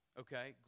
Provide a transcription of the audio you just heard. okay